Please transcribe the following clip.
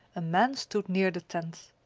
a man stood near the tent.